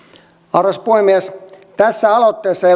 arvoisa puhemies tässä aloitteessa ei